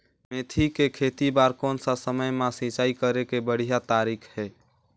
मेथी के खेती बार कोन सा समय मां सिंचाई करे के बढ़िया तारीक हे?